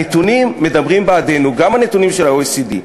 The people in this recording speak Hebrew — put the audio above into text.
הנתונים מדברים בעדנו, גם הנתונים של ה-OECD.